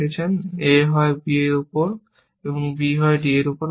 a হয় b এর উপর এবং b হয় d এর উপর মূলত